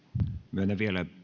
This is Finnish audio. myönnän vielä